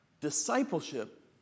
Discipleship